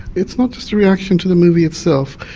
it's not just a reaction to the movie itself.